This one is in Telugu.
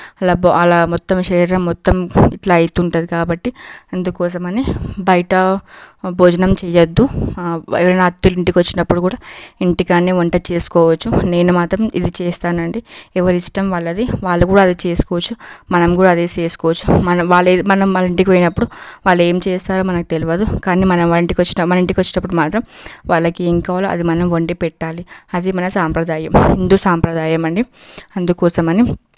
అలా భ అలా మొత్తం శరీరం మొత్తం ఇట్లా అవుతుంటుంది కాబట్టి అందుకోసం అని బయట భోజనం చేయద్దు ఎవరన్నా అతిథులు ఇంటికి వచ్చినప్పుడు కూడా ఇంటికాడ వంట చేసుకోవచ్చు నేను మాత్రం ఇది చేస్తాను అండి ఎవరి ఇష్టం వాళ్ళది వాళ్ళు కూడా అదే చేసుకోవచ్చు మనం కూడా అదే చేసుకోవచ్చు మనం వాళ్ళ మనం మన ఇంటికి పోయినప్పుడు వాళ్ళు ఏం చేస్తారో మనకు తెలవదు కానీ వాళ్ళ ఇంటికి వచ్చిన మన ఇంటికి వచ్చినప్పుడు మాత్రం వాళ్ళకి ఏం కావాలో అది మనం వండి పెట్టాలి అది మన సాంప్రదాయం హిందు సాంప్రదాయం అండి అందుకోసం అని